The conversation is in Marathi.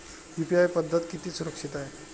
यु.पी.आय पद्धत किती सुरक्षित आहे?